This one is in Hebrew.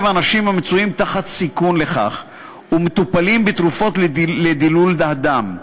אנשים המצויים בסיכון לכך ומטופלים בתרופות לדילול הדם.